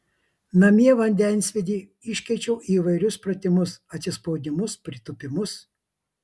namie vandensvydį iškeičiu į įvairius pratimus atsispaudimus pritūpimus